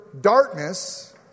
darkness